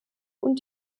und